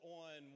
on